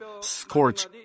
scorch